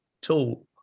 tool